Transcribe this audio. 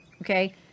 Okay